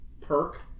perk